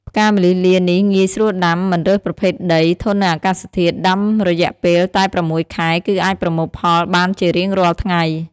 ផ្កាម្លិះលានេះ ងាយ ស្រួលដាំ មិនរើសប្រភេទដី ធន់នឹងអាកាសធាតុ ដាំរយៈពេលតែ៦ខែ គឺអាចប្រមូលផលបានជារៀងរាល់ថ្ងៃ ។